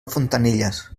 fontanilles